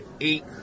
eight